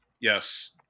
yes